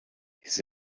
his